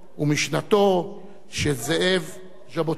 ומשנתו של זאב ז'בוטינסקי.